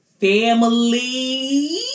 family